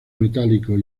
metálicos